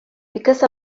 because